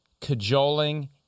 cajoling